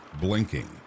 blinking